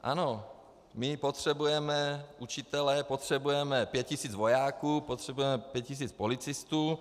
Ano, my potřebujeme učitele, potřebujeme 5000 vojáků, potřebujeme 5000 policistů.